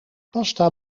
pasta